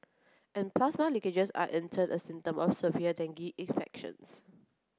and plasma leakages are in turn a symptom of severe dengue infections